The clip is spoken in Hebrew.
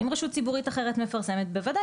אם רשות ציבורית אחרת מפרסמת בוודאי